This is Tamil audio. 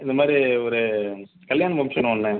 இந்த மாதிரி ஒரு கல்யாண ஃபங்க்ஷன் ஒன்று